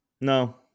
No